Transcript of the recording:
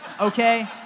okay